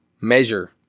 measure